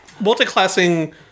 Multi-classing